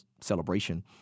celebration